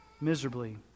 miserably